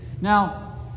Now